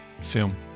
film